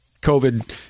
covid